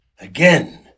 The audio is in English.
Again